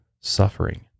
suffering